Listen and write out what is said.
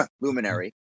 luminary